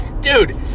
dude